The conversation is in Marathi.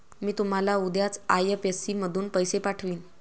मी तुम्हाला उद्याच आई.एफ.एस.सी मधून पैसे पाठवीन